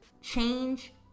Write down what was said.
change